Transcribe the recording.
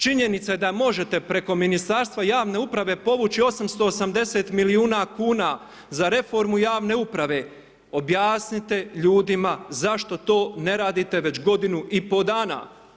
Činjenica je da možete preko ministarstva javne uprav povući 880 milijuna kn za reformu javne uprave, objasnite ljudima, zašto to ne radite već godinu i pol dana.